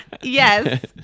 Yes